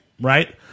right